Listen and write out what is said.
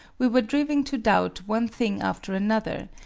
we were driven to doubt one thing after another,